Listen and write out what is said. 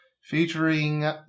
Featuring